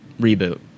reboot